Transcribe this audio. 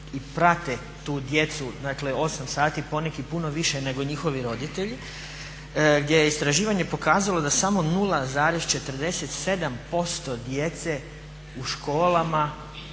i prate tu djecu dakle 8 sati, poneki puno više nego njihovi roditelji, gdje je istraživanje pokazalo da samo 0,47% djece u školama